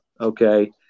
Okay